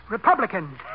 Republicans